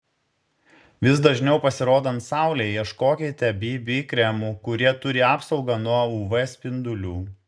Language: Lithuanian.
vis dažniau pasirodant saulei ieškokite bb kremų kurie turi apsaugą nuo uv spindulių